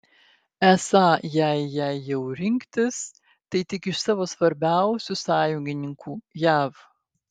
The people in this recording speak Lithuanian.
esą jei jei jau rinktis tai tik iš savo svarbiausių sąjungininkų jav